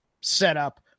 setup